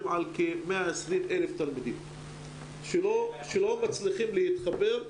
על כ-120,000 תלמידים שלא מצליחים להתחבר.